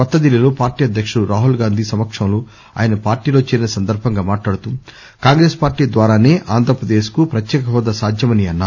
కొత్త డిల్లీలో పార్టీ అధ్యకుడు రాహుల్ గాంధీ సమక్షంలో ఆయన పార్టీలో చేరిన సందర్భంగా మాట్లాడుతూ కాంగ్రెస్ పార్టీ ద్వారాసే ఆంద్రప్రదేశ్ కు ప్రత్యేక హోదా సాధ్యమని అన్నారు